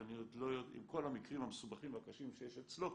עם כל המקרים המסובכים והקשים שיש אצלו,